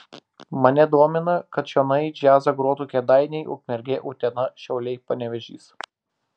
mane domina kad čionai džiazą grotų kėdainiai ukmergė utena šiauliai panevėžys